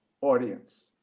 audience